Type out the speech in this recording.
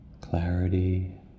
clarity